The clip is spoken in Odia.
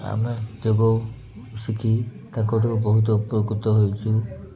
ଆମେ ଯୋଗ ଶିଖି ତାଙ୍କଠୁ ବହୁତ ଉପକୃତ ହୋଇଛୁ